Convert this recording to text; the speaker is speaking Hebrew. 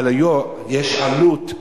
יש עלות,